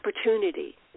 opportunity